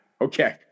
okay